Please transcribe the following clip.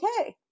okay